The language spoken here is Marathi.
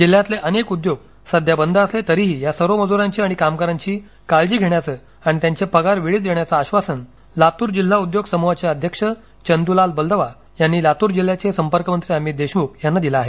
जिल्ह्यातील अनेक उद्योग सध्या बंद असले तरीही या सर्व मजुरांची आणि कामगारांची काळजी घेण्याचे आणि त्यांचे पगार वेळीच देण्याचे आधासन लातूर जिल्हा उद्योग समूहाचे अध्यक्ष चंदुलाल बलदवा यांनी लातूर जिल्ह्याचे पालकमंत्री अमित देशमुख यांना दिले आहे